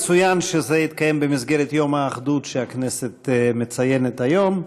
יצוין שזה התקיים במסגרת יום האחדות שהכנסת מציינת היום,